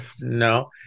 no